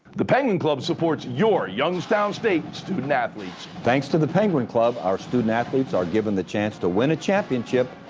the penguin club supports your youngstown state student athletes. thanks to the penguin club, our student athletes are given the chance to win a championship,